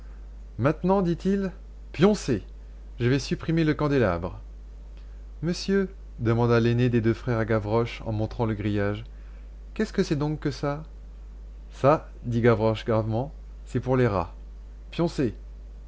maintenant dit-il pioncez je vas supprimer le candélabre monsieur demanda l'aîné des deux frères à gavroche en montrant le grillage qu'est-ce que c'est donc que ça ça dit gavroche gravement c'est pour les rats pioncez